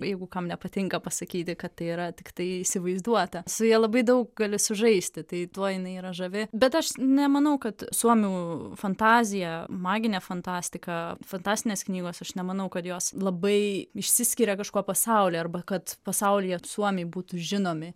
jeigu kam nepatinka pasakyti kad tai yra tiktai įsivaizduota su ja labai daug gali sužaisti tai tuo jinai yra žavi bet aš nemanau kad suomių fantazija maginė fantastika fantastinės knygos aš nemanau kad jos labai išsiskiria kažkuo pasaulyje arba kad pasaulyje suomiai būtų žinomi